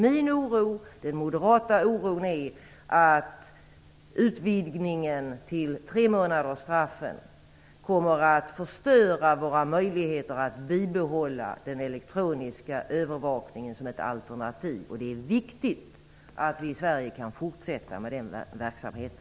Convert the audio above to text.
Min och övriga moderaters oro är att utvidgningen till tremånadersstraffen kommer att förstöra våra möjligheter att bibehålla den elektroniska övervakningen som ett alternativ. Och det är viktigt att vi i Sverige kan fortsätta med den verksamheten.